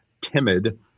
timid